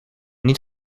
niet